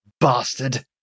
Bastard